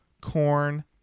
Corn